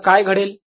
आता काय घडेल